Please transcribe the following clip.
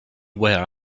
where